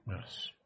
Yes